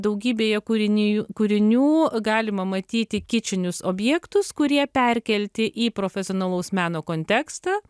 daugybėje kūrinijų kūrinių galima matyti kičinius objektus kurie perkelti į profesionalaus meno kontekstą